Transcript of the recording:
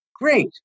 great